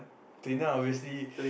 trainer obviously